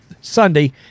Sunday